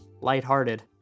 lighthearted